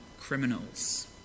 criminals